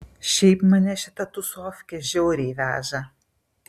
šiaip mane šita tūsofkė žiauriai veža